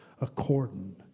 according